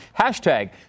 hashtag